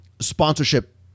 sponsorship